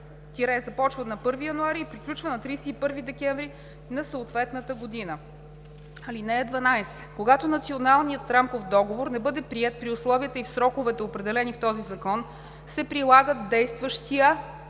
– започва на 1 януари и приключва на 31 декември на съответната година. (12) Когато Националният рамков договор не бъде приет при условията и в сроковете, определени в този закон, се прилагат действащият